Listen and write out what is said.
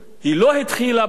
היא לא התחילה בה,